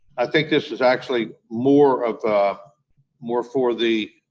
i think this is actually more of a more for the